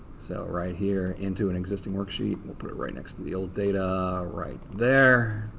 so, right here into an existing worksheet. we'll put it right next to the old data. right there.